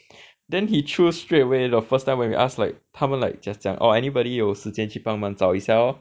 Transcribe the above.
then he choose straightaway the first time when we ask like 他们 like 假假 oh anybody 有时间去帮忙找一下 lor